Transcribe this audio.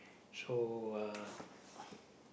so uh